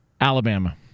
Alabama